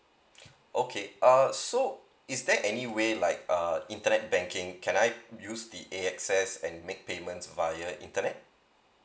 okay err so is there any way like uh internet banking can I use the AXS and make payments via internet